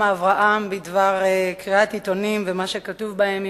אברהם בדבר קריאת עיתונים ומה שכתוב בהם,